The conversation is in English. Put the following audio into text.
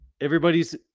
Everybody's